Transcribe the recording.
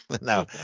No